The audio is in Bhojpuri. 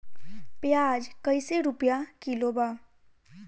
प्याज कइसे रुपया किलो बा?